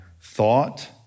thought